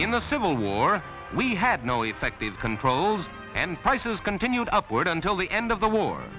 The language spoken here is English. in the civil war we had no effective controls and prices continued upward until the end of the war